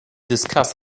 discuss